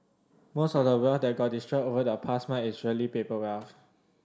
most of the wealth that got destroyed over the past month is really paper wealth